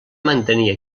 mantenir